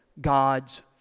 God's